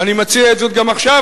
אני מציע את זאת גם עכשיו.